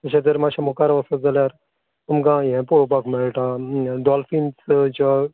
तशेंत दर मातशें मुखार वसत जाल्यार तुमकां हें पळोपाक मेळटा डॉलफिंस ज्यो